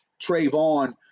Trayvon